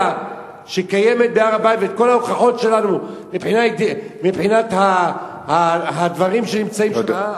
שקיימת בהר-הבית וכל ההוכחות שלנו מבחינת הדברים שנמצאים שם,